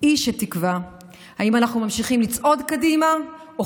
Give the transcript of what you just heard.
היא שתקבע אם אנחנו ממשיכים לצעוד קדימה או,